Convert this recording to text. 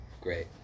great